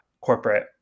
corporate